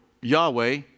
Yahweh